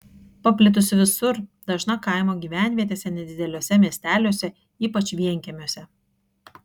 paplitusi visur dažna kaimo gyvenvietėse nedideliuose miesteliuose ypač vienkiemiuose